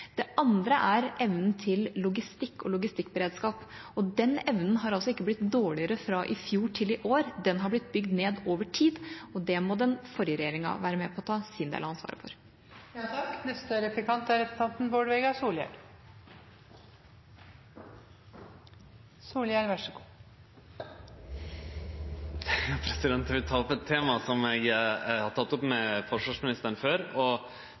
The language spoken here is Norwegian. Det andre er evnen til logistikk og logistikkberedskap, og den evnen har ikke blitt dårligere fra i fjor til i år, den har blitt bygd ned over tid, og det må den forrige regjeringa være med på å ta sin del av ansvaret for. Eg vil ta opp eit tema som eg har teke opp med forsvarsministeren før, som ligg mellom forsvar og justis, men som